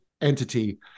entity